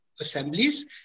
assemblies